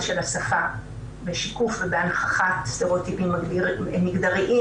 של השפה בשיקוף ובהנכחת סטריאוטיפים מגדריים,